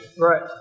Right